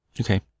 Okay